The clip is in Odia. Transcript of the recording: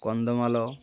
କନ୍ଧମାଳ